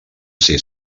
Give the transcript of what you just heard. ser